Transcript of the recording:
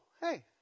hey